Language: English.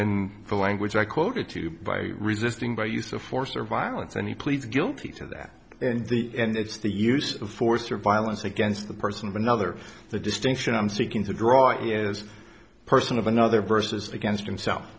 then the language i quoted to you by resisting by use of force or violence and he pleads guilty to that and the and it's the use of force or violence against the person of another the distinction i'm seeking to draw is a person of another versus against himself